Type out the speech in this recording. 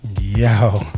Yo